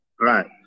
right